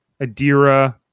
Adira